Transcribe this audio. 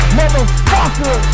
motherfucker